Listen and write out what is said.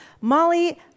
Molly